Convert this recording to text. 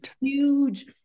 huge